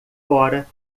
fora